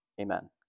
amen